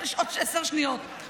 יש עוד עשר שניות,